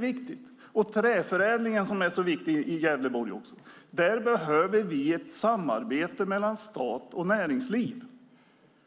Vad gäller träförädlingen, som är så viktig i Gävleborg, behöver vi ett samarbete mellan staten, näringslivet